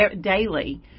daily